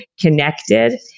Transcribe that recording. connected